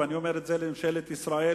ואני אומר את זה לממשלת ישראל,